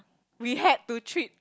we had to treat